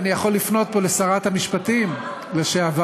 ואני יכול לפנות פה לשרת המשפטים לשעבר